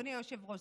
אדוני היושב-ראש,